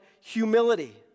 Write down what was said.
humility